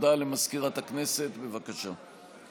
הודעה למזכירת הכנסת, בבקשה.